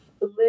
live